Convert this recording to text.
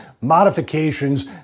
modifications